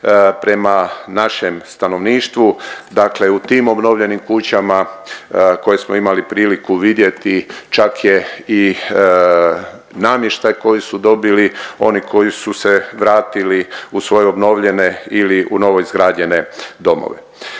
prema našem stanovništvu. Dakle, u tim obnovljenim kućama koje smo imali priliku vidjeti čak je i namještaj koji su dobili oni koji su se vratili u svoje obnovljene ili u novoizgrađene domove.